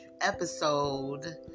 episode